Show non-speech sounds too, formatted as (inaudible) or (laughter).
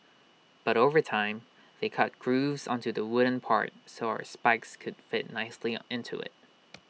but over time they cut grooves onto the wooden part so our spikes could fit nicely into IT (noise)